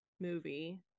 movie